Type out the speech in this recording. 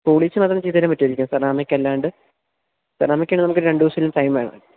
polish മാത്രം ചെയ്തുതരാന് പറ്റുമായിരിക്കും സെറാമിക് അല്ലാണ്ട് സെറാമിക്കിന് നമുക്ക് ഒരു രണ്ടു ദിവസമെങ്കിലും ടൈം വേണം